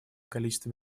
количество